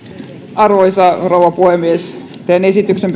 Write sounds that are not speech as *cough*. arvoisa rouva puhemies teen esityksen *unintelligible*